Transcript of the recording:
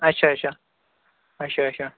اچھا اچھا اچھا اچھا